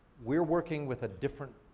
we're working with a different,